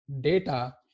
data